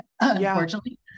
unfortunately